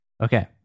Okay